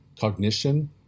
cognition